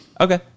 Okay